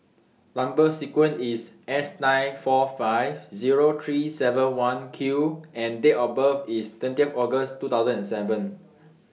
Number sequence IS S nine four five Zero three seven one Q and Date of birth IS twentieth August two thousand and seven